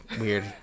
weird